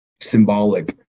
symbolic